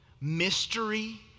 Mystery